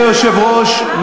אדוני היושב-ראש,